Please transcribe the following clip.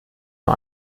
nur